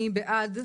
מי בעד?